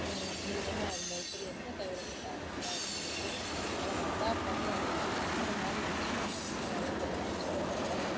மிருகமாக இருந்தாலும் சரி எந்த கைவிடப்பட்ட அனிமலாக இருந்தாலும் சரி அதை நான் அடாப்ட் பண்ணி அதை வந்து ஒரு சென்டர் மாதிரி வைச்சி நான் கண்டிப்பாக வளர்த்துவேன்னு சொல்லிகிட்டுருக்கா